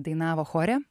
dainavo chore